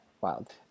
wild